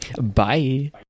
bye